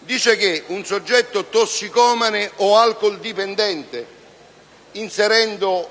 dice che un soggetto tossicomane o alcoldipendente - inserendo